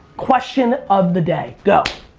question of the day, go!